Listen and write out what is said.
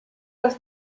das